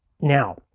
Now